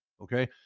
okay